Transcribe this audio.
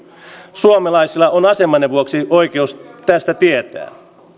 suomalaisilla on asemanne vuoksi oikeus tästä tietää